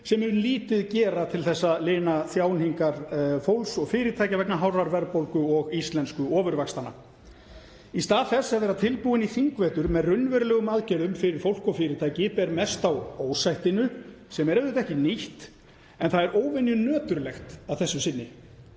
sem mun lítið gera til að lina þjáningar fólks og fyrirtækja vegna hárrar verðbólgu og íslensku ofurvaxtanna. Í stað þess að vera tilbúin í þingvetur með raunverulegar aðgerðir fyrir fólk og fyrirtæki ber mest á ósættinu sem er auðvitað ekki nýtt en það er óvenjunöturlegt að þessu sinni.